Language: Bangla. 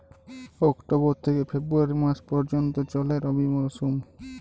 অক্টোবর থেকে ফেব্রুয়ারি মাস পর্যন্ত চলে রবি মরসুম